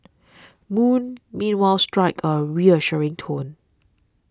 moon meanwhile struck a reassuring tone